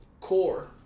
CORE